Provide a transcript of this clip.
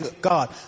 God